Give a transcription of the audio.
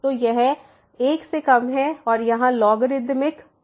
तो यह 1 से कम है और यहाँ लॉगरिदमिक ln है